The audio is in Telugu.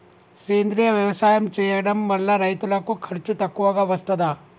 సేంద్రీయ వ్యవసాయం చేయడం వల్ల రైతులకు ఖర్చు తక్కువగా వస్తదా?